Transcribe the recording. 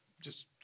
Just-